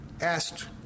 asked